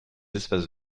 espaces